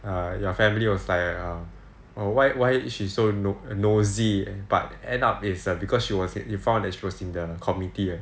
err your family was like err why why is she so nosy but end up is because she was in you found that she was in the committee right